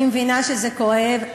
ואני מבינה שזה כואב,